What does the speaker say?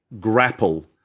grapple